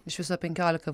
iš viso penkiolika